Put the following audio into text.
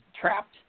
trapped